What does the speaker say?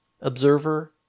Observer